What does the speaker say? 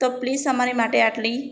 તો પ્લીસ અમારી માટે આટલી